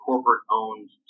Corporate-owned